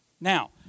Now